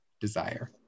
desire